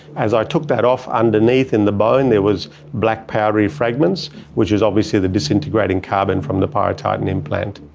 as i took that off, underneath in the bone there was black powdery fragments which was obviously the disintegrating carbon from the pyrotitan implant.